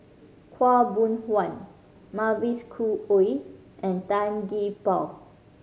Khaw Boon Wan Mavis Khoo Oei and Tan Gee Paw